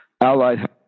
allied